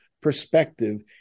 perspective